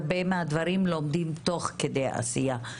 הרבה דברים לומדים תוך כדי עשייה.